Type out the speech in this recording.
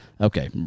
Okay